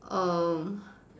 um